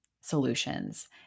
solutions